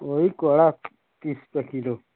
वही कोहड़ा तीस का किलो